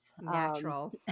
Natural